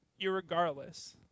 irregardless